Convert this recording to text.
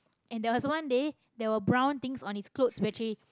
and there was one day there were brown things on his clothes which he